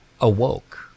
awoke